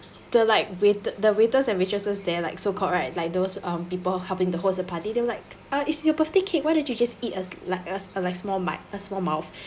the like wait~ the waiters and waitresses there like so called right like those um people helping to host the party they all like uh it's your birthday cake why don't you just eat a like a uh like small bite a small mouth